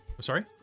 sorry